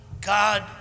God